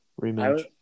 rematch